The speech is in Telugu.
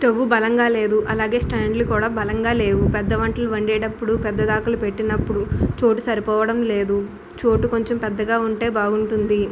స్టవ్ బలంగా లేదు అలాగే స్టాండ్లు కూడా బలంగా లేవు పెద్ద వంటలు వండేటప్పుడు పెద్ధది ఆకులు పెట్టినప్పుడు చోటు సరిపోవడం లేదు చోటు కొంచెం పెద్దగా ఉంటే బాగుంటుంది